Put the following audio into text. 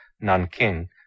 Nanking